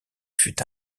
fut